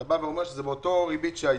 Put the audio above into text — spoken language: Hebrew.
אתה אומר שזו אותה ריבית שהייתה.